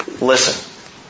Listen